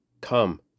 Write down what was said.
Come